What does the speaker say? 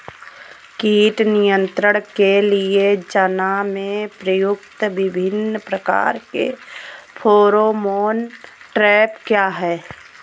कीट नियंत्रण के लिए चना में प्रयुक्त विभिन्न प्रकार के फेरोमोन ट्रैप क्या है?